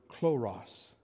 chloros